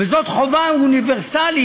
וזאת חובה אוניברסלית.